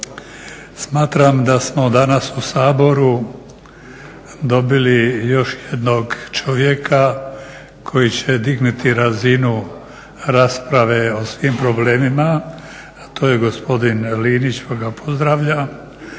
Smatram da smo danas u Saboru dobili još jednog čovjeka koji će dignuti razinu rasprave o svim problemima a to je gospodin Linić, pa ga pozdravljam,